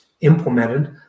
implemented